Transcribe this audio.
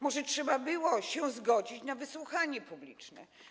Może trzeba było się zgodzić na wysłuchanie publiczne?